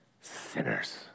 sinners